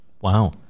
Wow